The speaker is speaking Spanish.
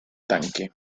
tanque